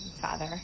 father